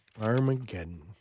Armageddon